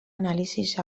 anàlisis